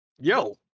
Yo